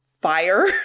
fire